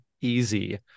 easy